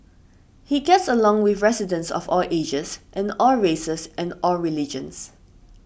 he gets along with residents of all ages and all races and all religions